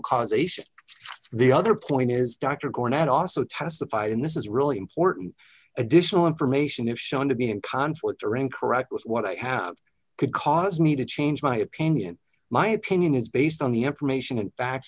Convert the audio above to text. causation the other point is dr cohen and also testified in this is really important additional information if shown to be in conflict or incorrect was what i have could cause me to change my opinion my opinion is based on the information and fact